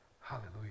Hallelujah